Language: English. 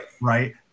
Right